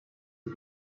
are